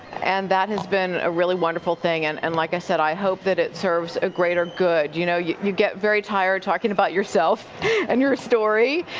and that has been a really wonderful thing, and and like i said, i hope that it serves a greater good. you know you you get very tired talking about yourself and your story,